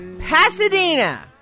pasadena